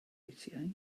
eisiau